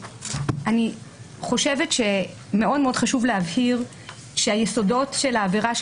אני חושבת שמאוד חשוב להבהיר שהיסודות של העבירה,